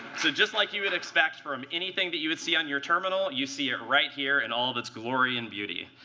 so just like you would expect from anything that you would see on your terminal, you see it right here in all of its glory and beauty.